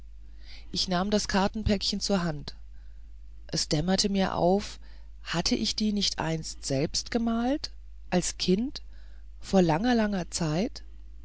ich nahm das kartenpäckchen zur hand es dämmerte mir auf hatte ich die nicht einst selbst bemalt als kind vor langer langer zeit